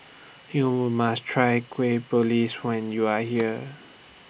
YOU must Try Kueh Please when YOU Are here